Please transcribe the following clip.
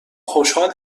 خوشحال